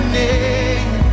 name